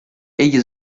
egli